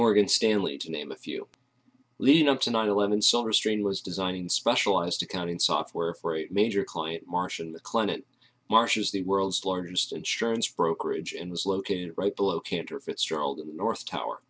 morgan stanley to name a few leading up to nine eleven so restrained was designing specialized accounting software for a major client marcion the client marcia's the world's largest insurance brokerage and was located right below cantor fitzgerald in the north tower